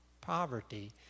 poverty